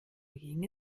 ging